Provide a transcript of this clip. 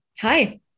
Hi